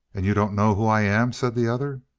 and you don't know who i am? said the other.